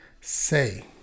say